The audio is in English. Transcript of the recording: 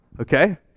okay